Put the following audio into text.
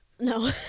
No